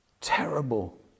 terrible